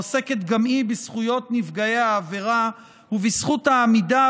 העוסקת גם היא בזכויות נפגעי עבירה ובזכות העמידה